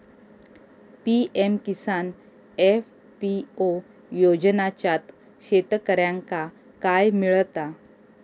PM Kisan FPO योजनाच्यात शेतकऱ्यांका काय मिळता?